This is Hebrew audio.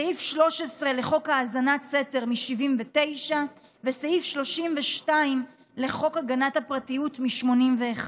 סעיף 13 לחוק האזנת סתר מ-1979 וסעיף 32 לחוק הגנת הפרטיות מ-1981.